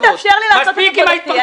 פשוט תאפשר לי לעשות את עבודתי.